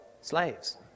slaves